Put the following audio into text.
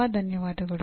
ತುಂಬ ಧನ್ಯವಾದಗಳು